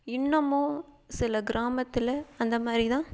இன்னமும் சில கிராமத்தில் அந்த மாதிரி தான்